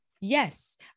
Yes